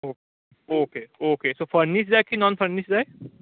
ओ okay okay so furnished जाय की non furnished जाय